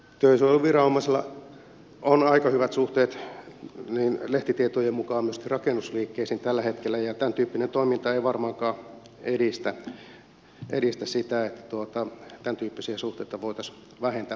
työsuojeluviranomaisella on aika hyvät suhteet lehtitietojen mukaan myöskin rakennusliikkeisiin tällä hetkellä ja tämäntyyppinen toiminta ei varmaankaan edistä sitä että tämäntyyppisiä suhteita voitaisiin vähentää